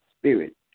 spirit